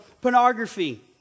Pornography